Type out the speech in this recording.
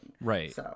Right